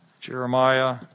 Jeremiah